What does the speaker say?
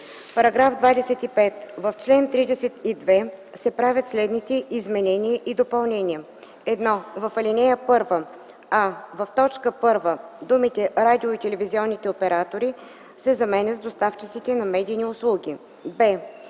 § 25: „§ 25. В чл. 32 се правят следните изменения и допълнения: 1. В ал. 1: а) в т. 1 думите „радио- и телевизионните оператори” се заменят с „доставчиците на медийни услуги”;